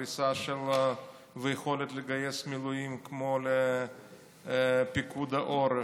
פריסה ויכולת לגייס מילואים כמו לפיקוד העורף.